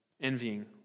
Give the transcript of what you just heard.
envying